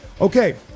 Okay